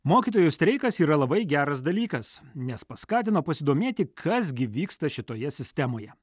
mokytojų streikas yra labai geras dalykas nes paskatino pasidomėti kas gi vyksta šitoje sistemoje